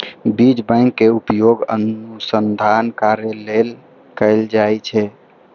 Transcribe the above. बीज बैंक केर उपयोग अनुसंधान कार्य लेल कैल जाइ छै